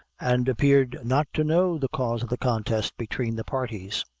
and appeared not to know the cause of the contest between the parties.